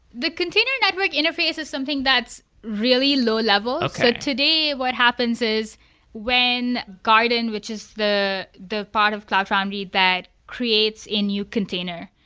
the container network interface is something that's really low level. today, what happens is when, garden, which is the the part of cloud foundry that creates a new container,